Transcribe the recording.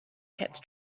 kept